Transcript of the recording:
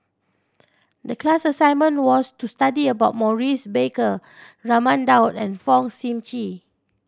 the class assignment was to study about Maurice Baker Raman Daud and Fong Sip Chee